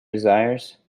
desires